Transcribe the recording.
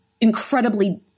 incredibly